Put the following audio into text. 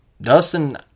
Dustin